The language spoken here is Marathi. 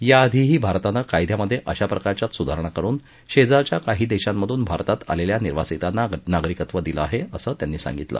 याआधीही भारतानं कायद्यामध्ये अशा प्रकारच्याच सुधारणा करून शेजारच्या काही देशांमधून भारतात आलेल्या निर्वासीतांना नागरिकत्व दिलं आहे असं त्यांनी सांगितलं